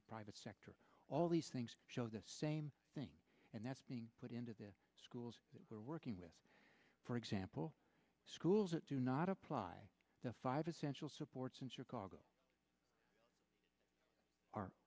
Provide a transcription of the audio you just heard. the private sector all these things are the same thing and that's being put into the schools we're working with for example schools that do not apply to five essential supports in chicago